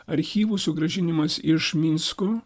archyvų sugrąžinimas iš minsko